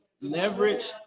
leverage